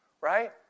Right